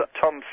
Tom